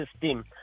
system